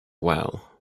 well